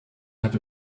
have